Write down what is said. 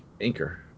anchor